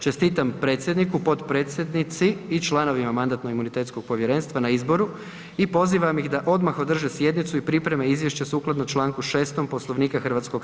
Čestitam predsjedniku, potpredsjednici i članovima Mandatno-imunitetskog povjerenstva na izboru i pozivam ih da odmah održe sjednicu i pripreme izvješća sukladno čl. 6. Poslovnika HS.